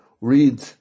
read